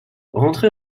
rentré